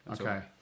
Okay